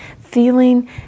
feeling